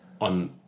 on